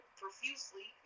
profusely